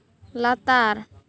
ᱞᱟᱛᱟᱨ